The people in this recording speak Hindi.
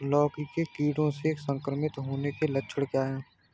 लौकी के कीड़ों से संक्रमित होने के लक्षण क्या हैं?